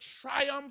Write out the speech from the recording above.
triumph